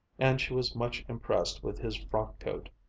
and she was much impressed with his frock-coat,